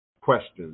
questions